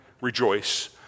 Rejoice